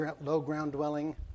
low-ground-dwelling